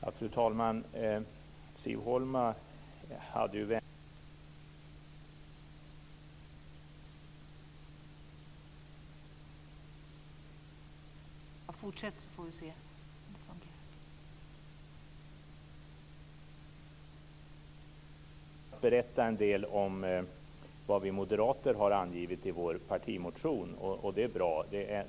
Fru talman! Siv Holma hade vänligheten att berätta en del om vad vi moderater har angivit i vår partimotion, och det är bra.